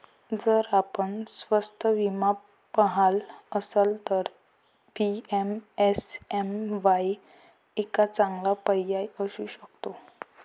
जर आपण स्वस्त विमा पहात असाल तर पी.एम.एस.एम.वाई एक चांगला पर्याय असू शकतो